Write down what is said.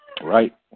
Right